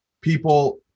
people